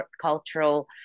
cultural